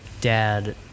dad